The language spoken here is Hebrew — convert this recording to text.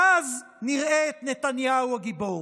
ואז נראה את נתניהו הגיבור.